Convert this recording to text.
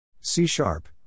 C-sharp